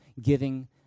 giving